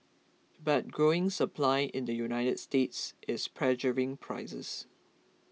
but growing supply in the United States is pressuring prices